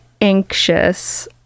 anxious